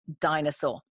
dinosaur